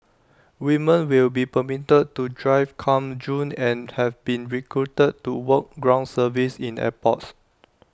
women will be permitted to drive come June and have been recruited to work ground service in airports